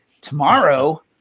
tomorrow